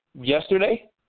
Yesterday